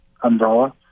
umbrella